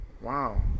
wow